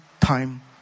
time